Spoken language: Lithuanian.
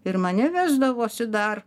ir mane vesdavosi dar